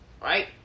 Right